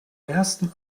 ersten